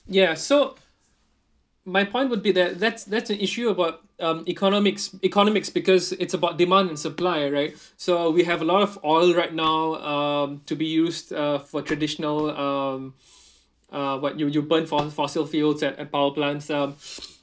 ya so my point would be that that's that's an issue about um economics economics because it's about demand and supply right so we have a lot of oil right now um to be used uh for traditional um uh what you you burn from fossil fuels at at power plants uh